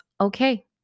okay